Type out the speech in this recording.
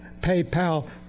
PayPal